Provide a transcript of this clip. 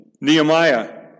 Nehemiah